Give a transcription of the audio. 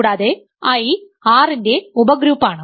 കൂടാതെ I R ന്റെ ഉപഗ്രൂപ്പാണ്